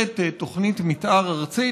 תודה לך, גברתי היושבת-ראש.